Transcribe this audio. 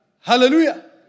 Hallelujah